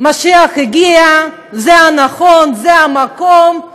המשיח הגיע, זה הנכון, זה המקום,